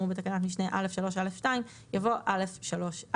בתקנת משנה (א)(3)(א)(2)" יבוא (א)(3)(א).